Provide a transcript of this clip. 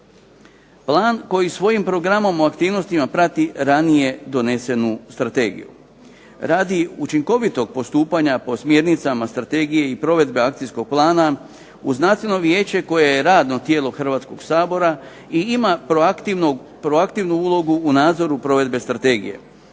Plan koji svojim programom o aktivnostima prati ranije donesenu strategiju. Radi učinkovitog postupanja po smjernicama strategije i provedbe akcijskog plana uz Nacionalno vijeće koje je radno tijelo Hrvatskog sabora i ima proaktivnu ulogu u nadzoru provedbe strategije